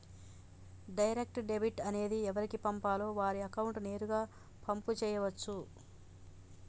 direct debit అనేది ఎవరికి పంపాలో వారి అకౌంట్ నేరుగా పంపు చేయచ్చు